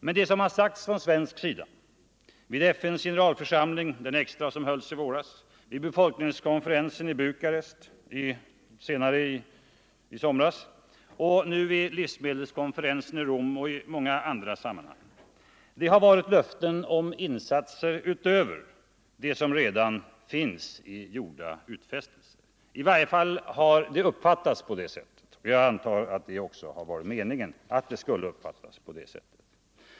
Men det som har sagts från svensk sida vid FN:s extra generalförsamling i våras, vid befolkningskonferensen i Bukarest i somras och nu vid livsmedelskonferensen i Rom och i många andra sammanhang har varit löften om insatser utöver redan gjorda utfästelser. I varje fall har det uppfattats så, och jag antar att det också varit meningen att det skulle uppfattas på det sättet.